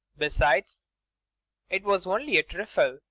besides it was only a trifle.